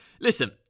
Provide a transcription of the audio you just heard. listen